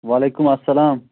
وعلیکُم اَلسلام